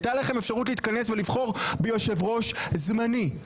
הייתה לכם אפשרות להתכנס ולבחור ביושב-ראש קבוע.